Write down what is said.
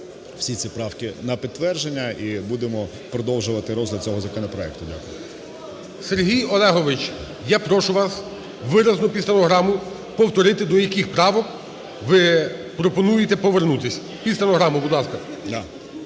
всі ці правки на підтвердження, і будемо продовжувати розгляд цього законопроекту. Дякую. ГОЛОВУЮЧИЙ. Сергій Олегович, я прошу вас виразно під стенограму повторити, до яких правок ви пропонуєте повернутись. Під стенограму, будь ласка.